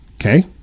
Okay